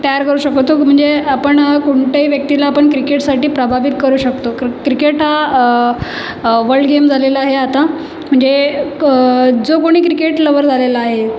तयार करू शकतो तो म्हणजे आपण कोणत्याही व्यक्तीला आपण क्रिकेटसाठी प्रभावित करू शकतो क्रिक क्रिकेट हा वर्ल्ड गेम झालेला आहे आता म्हणजे जो कोणी क्रिकेट लवर झालेला आहे